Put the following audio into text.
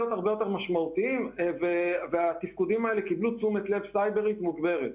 הרבה יותר משמעותיים וקיבלו תשומת לב סייברית מוגברת.